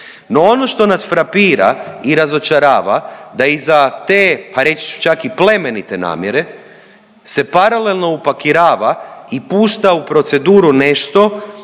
No, ono što nas frapira i razočarava da iza te pa reći ću čak i plemenite namjere se paralelno upakirava i pušta u proceduru nešto